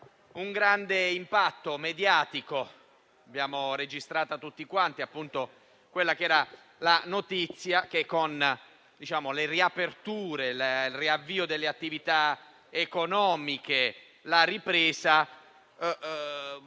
un grande impatto mediatico, come abbiamo registrato tutti quanti, la notizia che con le riaperture, il riavvio delle attività economiche e la ripresa